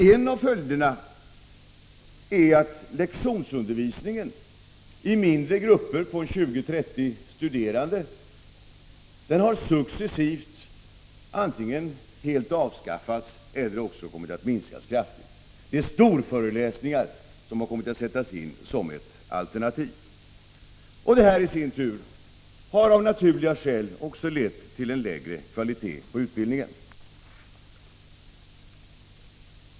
En av följderna är att lektionsundervisningen i mindre grupper på 20-30 studerande successivt har antingen helt avskaffats eller också kommit att minskas kraftigt. Det är storföreläsningar som kommit att sättas in som ett alternativ. Det i sin tur har av naturliga skäl lett till en lägre kvalitet på utbildningen.